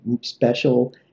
special